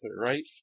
right